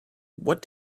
what